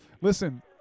listen